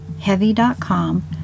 Heavy.com